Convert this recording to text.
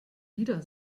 wieder